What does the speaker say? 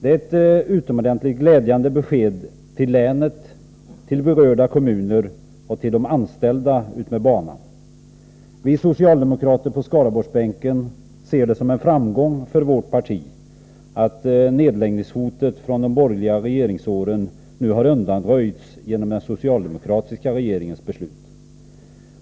Det är ett utomordentligt glädjande besked till länet, till de berörda kommunerna och till de anställda utmed banan. Vi socialdemokrater på Skaraborgsbänken ser det som en framgång för vårt parti att nedläggningshotet från de borgerliga regeringsåren har undanröjts genom den socialdemokratiska regeringens beslut.